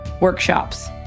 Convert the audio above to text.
workshops